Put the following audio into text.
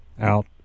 out